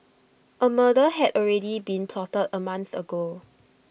A murder had already been plotted A month ago